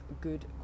good